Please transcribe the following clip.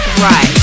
Right